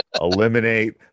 eliminate